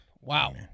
Wow